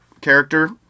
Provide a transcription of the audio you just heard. character